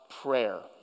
Prayer